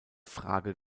frage